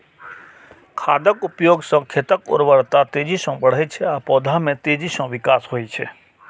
खादक उपयोग सं खेतक उर्वरता तेजी सं बढ़ै छै आ पौधा मे तेजी सं विकास होइ छै